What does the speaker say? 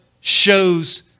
shows